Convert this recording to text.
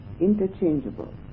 interchangeable